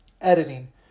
editing